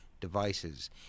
devices